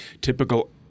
typical